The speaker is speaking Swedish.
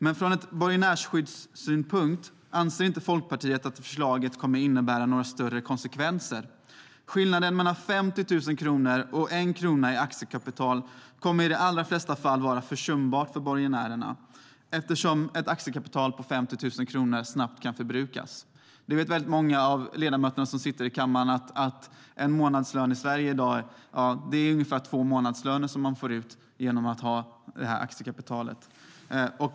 Men vi anser inte att förslaget kommer att medföra några större konsekvenser ur borgenärskyddssynpunkt. Skillnaden mellan 50 000 kronor och 1 krona i aktiekapital kommer i de allra flesta fall att vara försumbar för borgenärerna eftersom ett aktiekapital på 50 000 kronor snabbt kan förbrukas. Det är ungefär två månadslöner man får ut genom att ha detta aktiekapital.